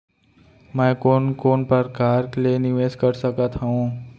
मैं कोन कोन प्रकार ले निवेश कर सकत हओं?